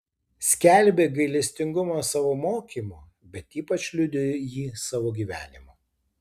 skelbė gailestingumą savo mokymu bet ypač liudijo jį savo gyvenimu